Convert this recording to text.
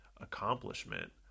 accomplishment